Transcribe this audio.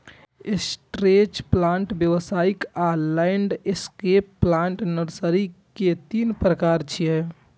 stretch plant, व्यावसायिक आ landscape plant nursery के तीन प्रकार छियै